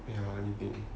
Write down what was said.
ya